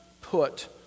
put